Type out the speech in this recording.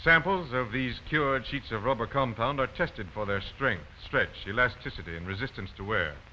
samples of these q and sheets of rubber compound are tested for their strength stretch elasticity and resistance to where